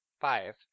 five